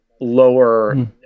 lower